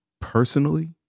personally